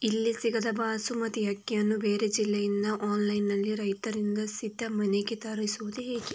ಇಲ್ಲಿ ಸಿಗದ ಬಾಸುಮತಿ ಅಕ್ಕಿಯನ್ನು ಬೇರೆ ಜಿಲ್ಲೆ ಇಂದ ಆನ್ಲೈನ್ನಲ್ಲಿ ರೈತರಿಂದ ಸೀದಾ ಮನೆಗೆ ತರಿಸುವುದು ಹೇಗೆ?